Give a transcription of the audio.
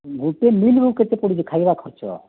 ଗୋଟେ ମିଲ୍ସକୁ କେତେ ପଡ଼ୁଛି ଖାଇବା ଖର୍ଚ୍ଚ